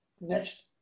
next